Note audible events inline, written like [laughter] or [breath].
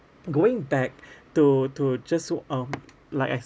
going back [breath] to to just so um like I